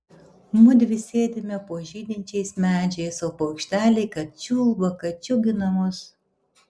mudvi sėdime po žydinčiais medžiais o paukšteliai kad čiulba kad džiugina mus